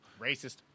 Racist